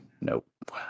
Nope